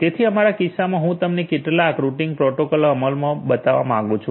તેથી અમારા કિસ્સામાં હું તમને કેટલાક રૂટીંગ પ્રોટોકોલ અમલમાં બતાવવા માંગું છું